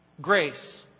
Grace